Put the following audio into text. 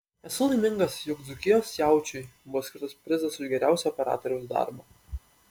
esu laimingas jog dzūkijos jaučiui buvo skirtas prizas už geriausią operatoriaus darbą